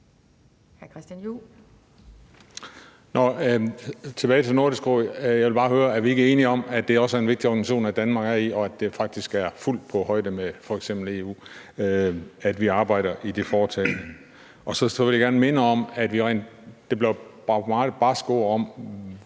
Tilbage til Nordisk Råd: Jeg vil bare høre, om vi ikke er enige om, at det også er en vigtig organisation, som Danmark er i, og at det faktisk er fuldt på højde med f.eks. EU, at vi arbejder i det foretagende. Der bliver brugt meget barske ord om,